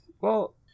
Well-